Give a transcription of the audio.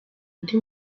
undi